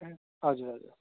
हजुर हजुर